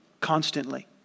constantly